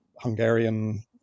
Hungarian